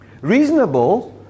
Reasonable